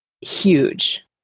huge